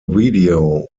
video